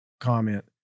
comment